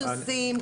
סוסים,